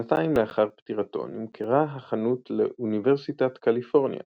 שנתיים לאחר פטירתו נמכרה החנות לאוניברסיטת קליפורניה